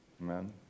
Amen